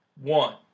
one